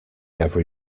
every